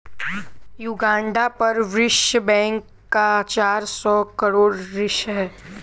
Uganda पर विश्व bank का चार सौ करोड़ ऋण है